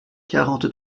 quarante